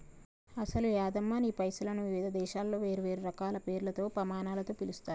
అసలు యాదమ్మ నీ పైసలను వివిధ దేశాలలో వేరువేరు రకాల పేర్లతో పమానాలతో పిలుస్తారు